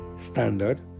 standard